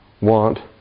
want